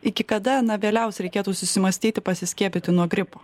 iki kada na vėliausiai reikėtų susimąstyti pasiskiepyti nuo gripo